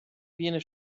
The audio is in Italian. viene